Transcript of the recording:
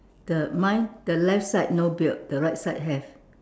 the mine the left side no beard the right side has